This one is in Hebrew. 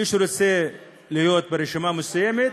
מי שרוצה להיות ברשימה מסוימת,